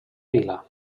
vila